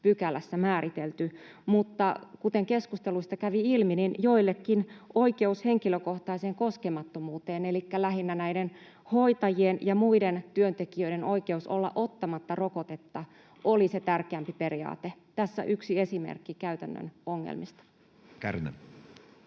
7 §:ssä määritelty, mutta kuten keskusteluista kävi ilmi, joillekin oikeus henkilökohtaiseen koskemattomuuteen, elikkä lähinnä näiden hoitajien ja muiden työntekijöiden oikeus olla ottamatta rokotetta, oli se tärkeämpi periaate. Tässä yksi esimerkki käytännön ongelmista. [Speech